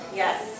yes